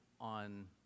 on